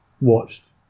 watched